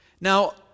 Now